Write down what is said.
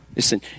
Listen